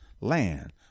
land